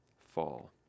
Fall